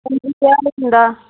हां जी केह् हाल ऐ तुं'दा